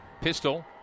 Pistol